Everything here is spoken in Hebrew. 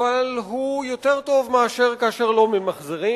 אבל הוא יותר טוב מאשר לא למחזר,